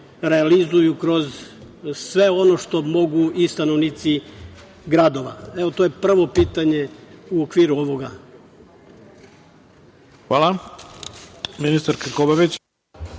realizuju kroz sve ono što mogu i stanovnici gradova. To je prvo pitanje u okviru ovoga. **Ivica